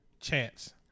chance